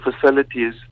facilities